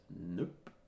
Nope